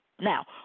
Now